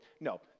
No